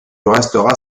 resteras